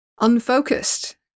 unfocused